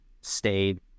stayed